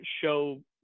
show